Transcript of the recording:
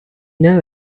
know